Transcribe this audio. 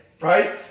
right